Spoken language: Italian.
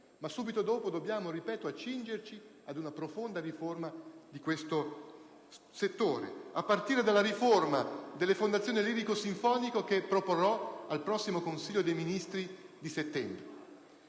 lo ripeto - dobbiamo accingerci ad una profonda riforma di questo settore, a partire da quella delle fondazioni lirico-sinfoniche, che proporrò al prossimo Consiglio dei ministri di settembre.